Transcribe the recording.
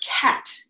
cat